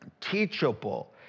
teachable